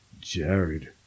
Jared